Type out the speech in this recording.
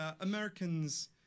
americans